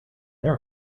their